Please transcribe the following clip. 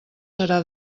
serà